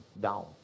down